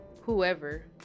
whoever